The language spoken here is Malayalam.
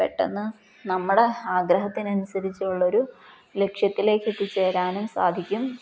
പെട്ടെന്ന് നമ്മുടെ ആഗ്രഹത്തിനനുസരിച്ചുള്ള ഒരു ലക്ഷ്യത്തിലേക്ക് എത്തിച്ചേരാനും സാധിക്കും